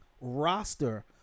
Roster